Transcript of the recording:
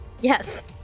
Yes